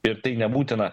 ir tai nebūtina